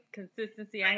consistency